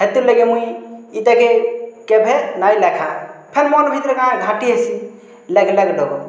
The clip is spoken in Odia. ହେତିର୍ ଲାଗି ମୁଇଁ ଇଟା କେ କେଭେ ନାଇଁ ଲେଖା ଫେର୍ ମନ୍ ଭିତରେ କାଁ ଘାଣ୍ଟି ହେସି ଲେଖ୍ ଲେଖ୍